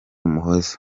umuhoza